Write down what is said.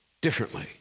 differently